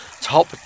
top